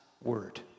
word